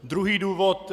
Druhý důvod.